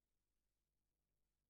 נעזרו